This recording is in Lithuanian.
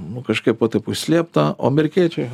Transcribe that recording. nu kažkaip va taip užslėpta o amerikiečiai